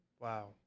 Wow